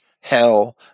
hell